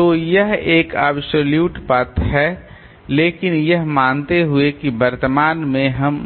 तो यह एक अब्सोल्युट पथ है लेकिन यह मानते हुए कि वर्तमान में हम